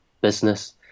business